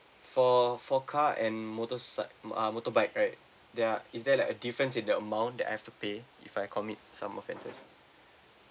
for for car and motorcy~ ah motorbike right there are is there like a difference in the amount that I've to pay if I commit some offences